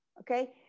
okay